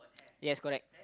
yes correct